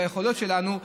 ביכולות שלנו,